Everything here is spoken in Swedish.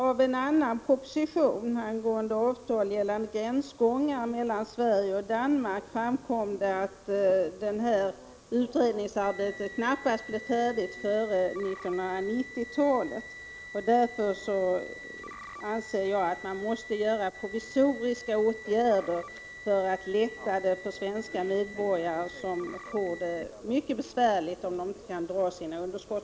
Av en annan proposition angående avtal gällande gränsgångar mellan Sverige och Danmark framkom det att detta utredningsarbete knappast blir färdigt före 1990-talet. Därför anser jag att man måste vidta provisoriska åtgärder för att göra det lättare för svenska medborgare som får det mycket besvärligt om de inte kan dra av sina underskott.